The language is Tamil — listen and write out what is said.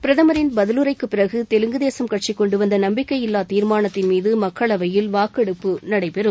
பிரதமரின் பதிலுரைக்கு பிறகு தெலுங்கு தேசம் கட்சி கொண்டுவந்த நம்பிக்கையில்லா தீர்மானத்தின் மீது மக்களவையில் வாக்கெடுப்பு நடைபெறும்